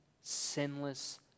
sinless